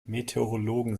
meteorologen